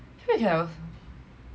actually we have